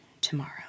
tomorrow